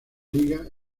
liga